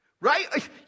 Right